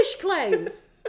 claims